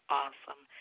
awesome